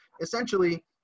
Essentially